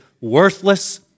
worthless